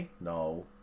No